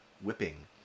whipping